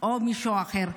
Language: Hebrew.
או מישהו אחר.